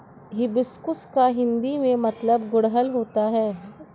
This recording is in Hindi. हिबिस्कुस का हिंदी में मतलब गुड़हल होता है